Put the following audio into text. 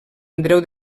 andreu